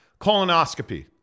colonoscopy